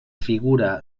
figura